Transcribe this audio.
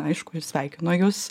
aišku ir sveikinu jus